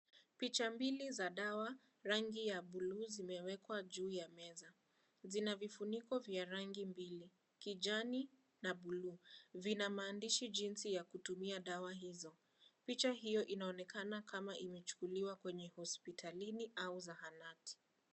Picha mbili za dawa rangi ya buluu zimewekwa juu ya meza , zina vifuniko vya rangi mbili, kijani na bluu vina maandishi jinsi ya kutumia dawa hizo picha hiyo inaonekana imechukuliwa hospitalini au zahanati.